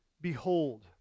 Behold